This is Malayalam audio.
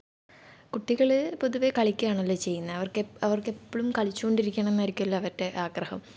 കുട്ടികൾ പൊതുവെ കളിയ്ക്കുകയാണല്ലൊ ചെയ്യുന്നത് അവർക്കെപ്പോഴും കളിച്ചുകൊണ്ടിരിക്കണം എന്നായിരിക്കുമല്ലൊ അവരുടെ ആഗ്രഹം